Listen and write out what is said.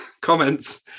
comments